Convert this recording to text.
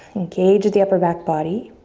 engage the upper back body.